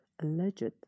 alleged